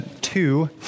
two